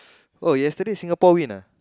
oh yesterday Singapore win ah